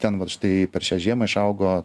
ten vat štai per šią žiemą išaugo